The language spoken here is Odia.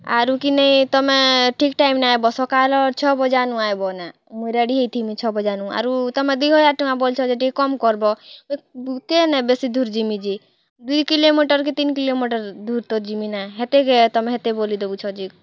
ଆରୁ କିନି ତମେ ଠିକ୍ ଟାଇମ୍ ନେ ଆଏବ ସକାଲର୍ ଛଅ ବଜାନୁ ଆଏବ ନା ମୁଇଁ ରେଡ଼ି ହେଇଥିମି ଛଅ ବଜାନୁ ଆରୁ ତମେ ଦୁଇ ହଜାର୍ ଟଙ୍କା ବଲୁଛ ଯେ ଟିକେ କମ୍ କର୍ବ କେନେ ବେଶୀ ଦୁର୍ ଯିମି ଯେ ଦୁଇ କିଲୋମିଟର୍ କି ତିନ୍ କିଲୋମିଟର୍ ଦୁର୍ ତ ଯିମି ନା ହେତେ କେ ତମେ ହେତେ ବୋଲି ଦେଉଛ ଯେ